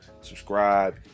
Subscribe